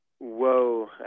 Whoa